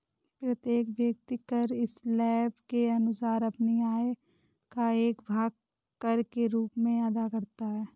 प्रत्येक व्यक्ति कर स्लैब के अनुसार अपनी आय का एक भाग कर के रूप में अदा करता है